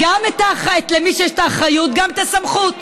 גם את הסמכות.